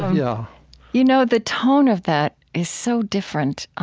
yeah you know, the tone of that is so different